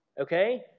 Okay